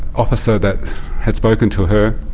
officer that had spoken to her,